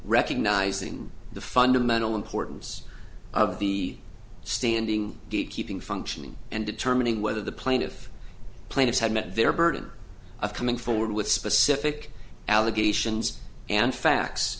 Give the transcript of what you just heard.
recognizing the fundamental importance of the standing gate keeping functioning and determining whether the plaintiff plaintiffs had met their burden of coming forward with specific allegations and facts